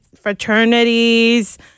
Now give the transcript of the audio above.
fraternities